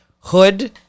hood